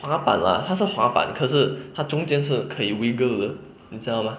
滑板 lah 他是滑板可是他中间是可以 wriggle 的你知道 mah